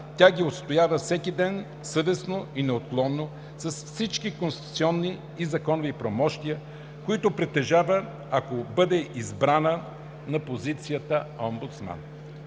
ще ги отстоява всеки ден съвестно и неотклонно, с всички конституционни и законови правомощия, които притежава, ако бъде избрана на позицията „омбудсман“.